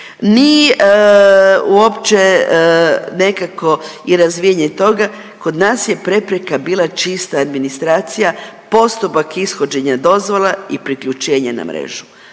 Nije uopće nekako i razvijanje toga, kod nas je prepreka bila čista administracija, postupak ishođenja dozvola i priključenje na mrežu.